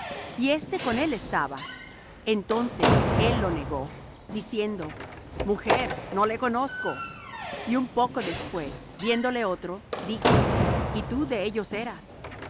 y éste con él estaba entonces él lo negó diciendo mujer no le conozco y un poco después viéndole otro dijo y tú de ellos eras